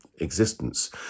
existence